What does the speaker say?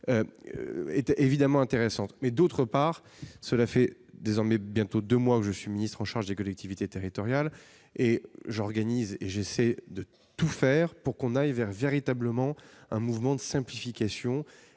était évidemment intéressant, mais d'autre part, cela fait désormais bientôt 2 mois que je suis ministre en charge des collectivités territoriales et j'organise et j'essaie de tout faire pour qu'on aille vers véritablement un mouvement de simplification